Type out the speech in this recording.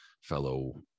fellow